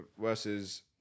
versus